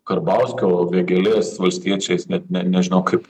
karbauskio vėgėlės valstiečiais net ne nežinau kaip